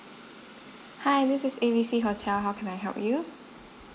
hi this is A B C hotel how can I help you